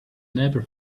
never